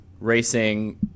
racing